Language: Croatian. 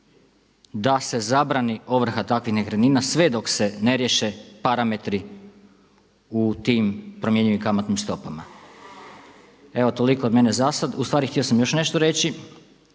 da se zabrani ovrha takvih nekretnina sve dok se ne riješe parametri u tim promjenjivim kamatnim stopama. Evo toliko od mene za sad. U stvari htio sam još nešto reći.